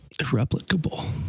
Irreplicable